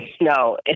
No